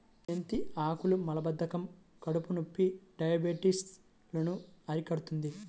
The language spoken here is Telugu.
మెంతి ఆకులు మలబద్ధకం, కడుపునొప్పి, డయాబెటిస్ లను అరికడుతుంది